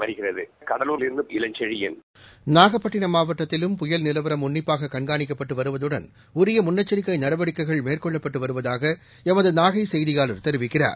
seconds நாகப்பட்டினம் மாவட்டத்திலும் புயல் நிலவரம் உன்னிப்பாககண்காணிக்கப்பட்டுவருவதுடன் உரியமுன்னெச்சரிக்கைநடவடிக்கைகள் மேற்கொள்ளப்பட்டுவருவதாகளமதுநாகைசெய்தியாளர் தெரிவிக்கிறார்